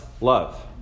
love